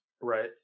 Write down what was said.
right